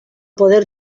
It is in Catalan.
poder